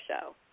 show